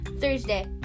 Thursday